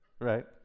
right